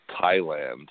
Thailand